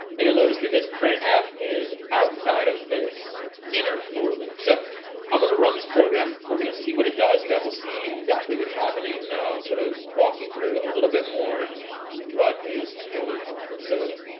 and you'll notice that this printf is outside of this inner for loop so i'm gonna run this program we're gonna see what it does. you guys will see exactly what's happening and then i'll sort of walk you through a little bit more what is going on, so?